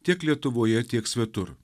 tiek lietuvoje tiek svetur